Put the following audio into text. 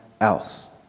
else